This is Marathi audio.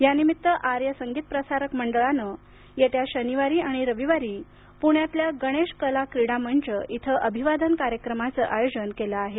या निमित्त आर्य संगीत प्रसारक मंडळानं येत्या शनिवारी आणि रविवारी पुण्यातल्या गणेश कला क्रीडा मंच इथं अभिवादन कार्यक्रमाचं आयोजन केलं आहे